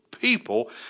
people